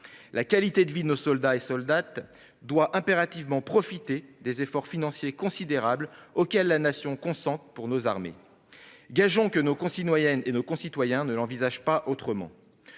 La qualité de vie de nos soldates et soldats doit impérativement bénéficier des efforts financiers considérables auxquels la Nation consent pour nos armées. Gageons que nos concitoyennes et nos concitoyens ne l'envisagent pas autrement.